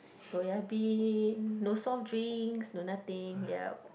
soya bean no soft drinks no nothing yup